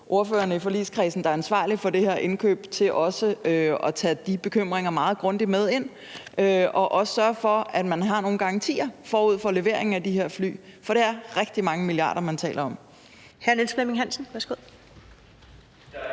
ordførerne i forligskredsen, der er ansvarlige for det her indkøb, at tage de bekymringer meget grundigt med og også sørge for, at man har nogle garantier forud for leveringen af de her fly, for det er rigtig mange milliarder, der er tale om.